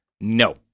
No